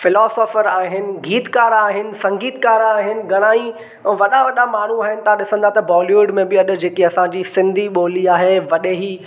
philosopher आहिनि गीतकार आहिनि संगीतकार आहिनि घणा ई वॾा वॾा माण्हू आहिनि तव्हां ॾिसंदा त बोलीबुड में बि अॼु जेके असांजी सिंधी ॿोली आहे वॾे ई